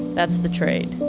that's the trade.